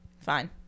Fine